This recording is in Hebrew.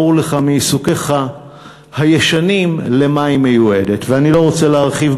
ברור לך מעיסוקיך הישנים למה היא מיועדת,